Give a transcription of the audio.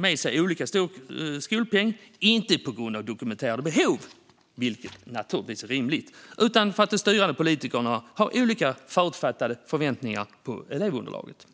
med sig olika stor skolpeng - inte på grund av dokumenterade behov, vilket är rimligt, utan för att de styrande politikerna har olika förutfattade förväntningar på elevunderlaget.